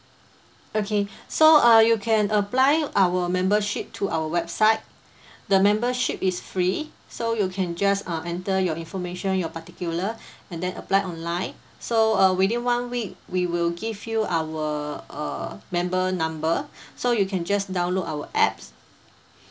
okay so uh you can apply our membership through our website the membership is free so you can just uh enter your information your particular and then apply online so uh within one week we will give you our uh member number so you can just download our apps